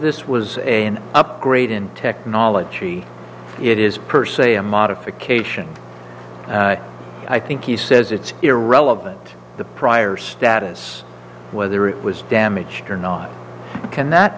this was a an upgrade in technology it is per se a modification i think he says it's irrelevant the prior status whether it was damaged or not can